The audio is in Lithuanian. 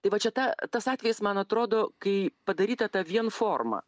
tai va čia ta tas atvejis man atrodo kai padaryta ta vien forma